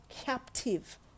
captive